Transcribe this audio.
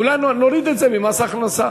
אולי נוריד את זה ממס הכנסה